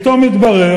פתאום מתברר,